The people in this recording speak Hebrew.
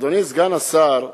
אדוני סגן השר,